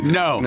no